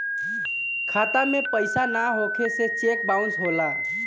खाता में पइसा ना होखे से चेक बाउंसो होला